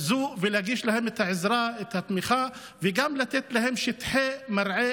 להגיש להם עזרה ותמיכה וגם לתת להם שטחי מרעה